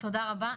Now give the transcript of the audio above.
תודה רבה.